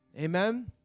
Amen